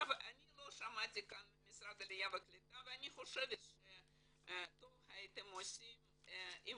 אני לא שמעתי כאן ממשרד העלייה והקליטה ואני חושבת שטוב הייתם עושים אם